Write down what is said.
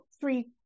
three